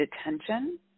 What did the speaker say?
attention